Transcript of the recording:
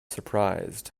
surprised